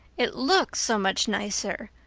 it looks so much nicer.